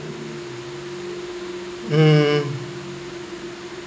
mm